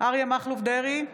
אריה מכלוף דרעי,